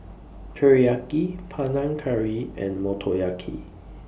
Teriyaki Panang Curry and Motoyaki